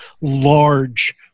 large